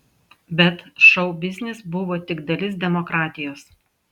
bet šou biznis buvo tik dalis demokratijos